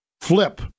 Flip